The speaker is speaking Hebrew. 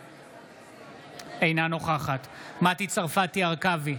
אינה נוכחת מטי צרפתי הרכבי,